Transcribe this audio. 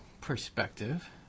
perspective